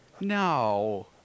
No